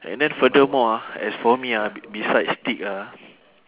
and then furthermore ah as for me ah beside steak ah